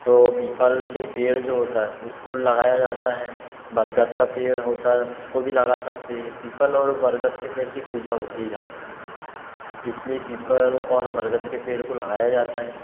तो पीपल के पेड़ जो होता है उसको लगाया जाता है बरगद का पेड़ होता है उसको भी लगा सकते है पीपल और बरगद के पेड़ कि पूजा होती है ज़्यादातर इसलिए पीपल और बरगद के पेड़ को लगाया जाता है